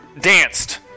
danced